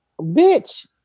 Bitch